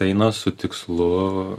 eina su tikslu